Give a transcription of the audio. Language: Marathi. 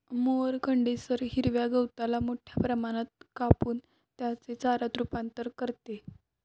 मोअर कंडेन्सर हिरव्या गवताला मोठ्या प्रमाणात कापून त्याचे चाऱ्यात रूपांतर करते